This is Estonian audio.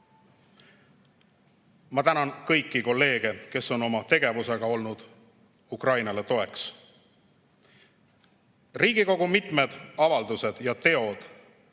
tänan kõiki kolleege, kes on oma tegevusega olnud Ukrainale toeks. Riigikogu mitmed avaldused ja teod